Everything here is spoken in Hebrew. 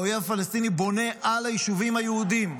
האויב הפלסטיני בונה על היישובים היהודיים,